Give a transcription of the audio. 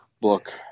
book